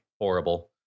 horrible